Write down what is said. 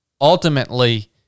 ultimately